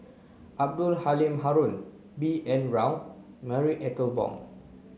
Abdul Halim Haron B N Rao Marie Ethel Bong